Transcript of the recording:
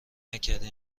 نکردی